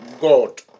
God